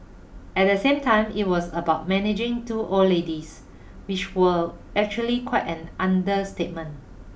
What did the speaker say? at the same time it was about managing two old ladies which was actually quite an understatement